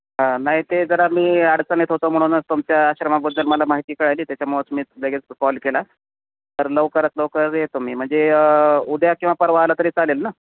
हां नाही ते जरा मी अडचणीत होतो म्हणूनच तुमच्या आश्रमाबद्दल मला माहिती कळाली त्याच्यामुळंच मी लगेच कॉल केला तर लवकरात लवकर येतो मी म्हणजे उद्या किंवा परवा आलं तरी चालेल ना